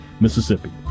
Mississippi